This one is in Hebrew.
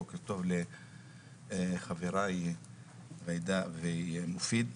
בוקר טוב לחבריי ג'ידא ומופיד.